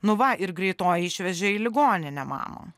nu va ir greitoji išvežė į ligoninę mamą